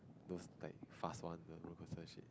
those like fast one roller coaster shit